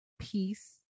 Peace